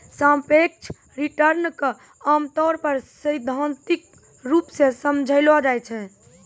सापेक्ष रिटर्न क आमतौर पर सैद्धांतिक रूप सें समझलो जाय छै